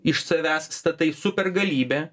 iš savęs statai supergalybę